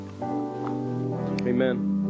Amen